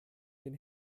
den